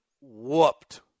whooped